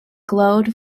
glowed